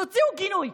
תוציאו גינוי,